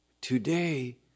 today